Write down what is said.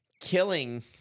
killing